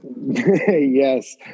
Yes